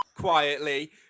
quietly